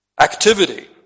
Activity